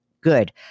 Good